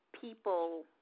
people